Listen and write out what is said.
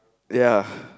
ya